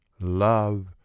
love